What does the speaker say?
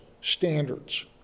standards